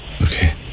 Okay